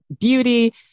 beauty